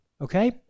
okay